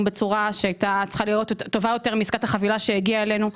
בצורה שהייתה צריכה להיות טובה יותר מעסקת החבילה שהגיעה אלינו,